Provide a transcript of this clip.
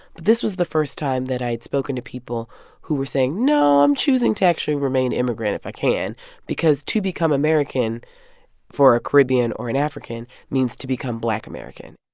but this was the first time that i had spoken to people who were saying, no, i'm choosing to actually remain immigrant if i can because to become american for a caribbean or an african means to become black american